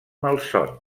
malson